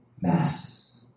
masks